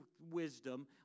wisdom